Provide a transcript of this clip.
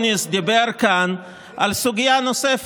אתה עושה צחוק?